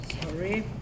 sorry